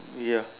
ya